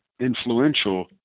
influential